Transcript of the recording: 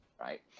right